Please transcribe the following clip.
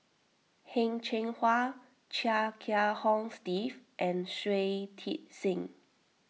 Heng Cheng Hwa Chia Kiah Hong Steve and Shui Tit Sing